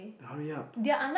hurry up